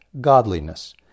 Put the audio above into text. godliness